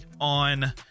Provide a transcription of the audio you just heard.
on